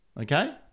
Okay